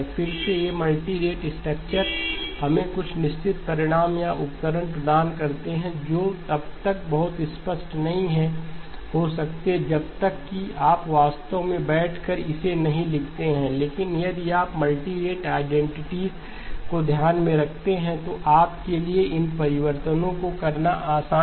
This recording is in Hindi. फिर से ये मल्टी रेट स्ट्रक्चर हमें कुछ निश्चित परिणाम या उपकरण प्रदान करते हैं जो तब तक बहुत स्पष्ट नहीं हो सकते जब तक कि आप वास्तव में बैठकर इसे नहीं लिखते हैं लेकिन यदि आप मल्टीरेट आईडेंटिटीज को ध्यान में रखते हैं तो आपके लिए इन परिवर्तनों को करना आसान है